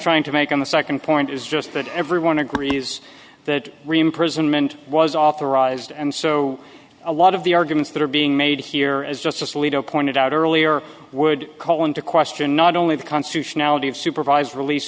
trying to make on the second point is just that everyone agrees that prison meant was authorized and so a lot of the arguments that are being made here as justice alito pointed out earlier would call into question not only the constitutionality of supervised release